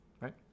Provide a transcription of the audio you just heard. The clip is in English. right